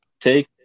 take